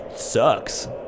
Sucks